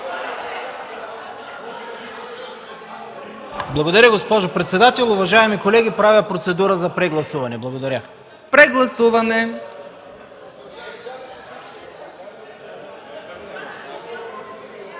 Благодаря, госпожо председател. Уважаеми колеги, правя предложение за прегласуване. Благодаря. ПРЕДСЕДАТЕЛ